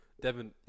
Devin